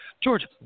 George